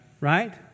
Right